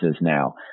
now